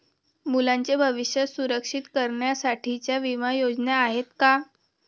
मुलांचे भविष्य सुरक्षित करण्यासाठीच्या विमा योजना आहेत का?